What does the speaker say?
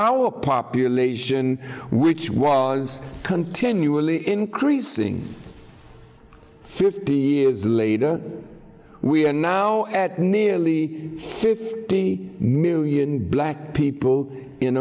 our population which was continually increasing fifty years later we are now at nearly fifty million black people in